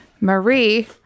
Marie